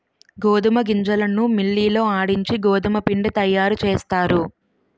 గోధుమ గింజలను మిల్లి లో ఆడించి గోధుమపిండి తయారుచేస్తారు